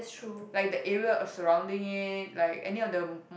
like the area of surrounding it like any of the m~